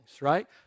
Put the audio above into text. right